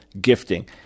gifting